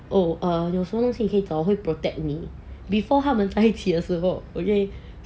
oh err 有什么东西可以找我我会 protect 你 before 他们在一起的时候